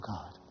God